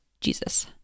Jesus